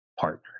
partner